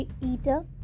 eater